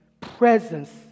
presence